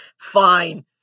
Fine